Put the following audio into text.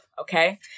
Okay